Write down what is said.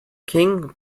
king